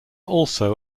also